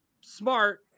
Smart